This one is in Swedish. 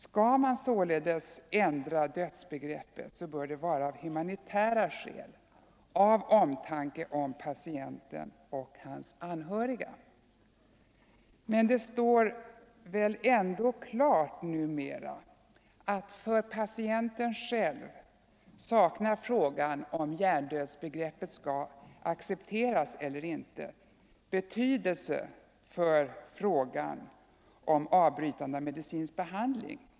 Skall man ändra dödsbegreppet bör det således vara av humanitära skäl, av omtanke om patienten och hans anhöriga. Det står väl ändå klart numera att för patienten själv saknar frågan huruvida hjärndödsbegreppet skall accepteras eller inte betydelse för frågan om avbrytande av medicinsk behandling.